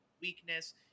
weakness